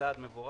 זה צעד מבורך.